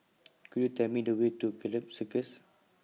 Could YOU Tell Me The Way to Gallop Circus